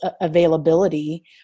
availability